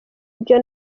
ibyo